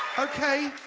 okay,